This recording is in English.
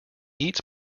eats